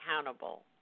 accountable